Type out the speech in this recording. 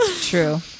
true